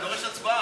אני דורש הצבעה.